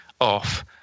off